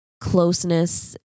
closeness